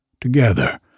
Together